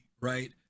right